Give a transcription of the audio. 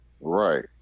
Right